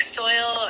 soil